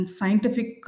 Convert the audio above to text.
Scientific